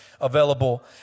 available